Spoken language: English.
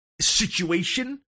situation